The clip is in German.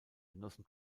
genossen